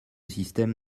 système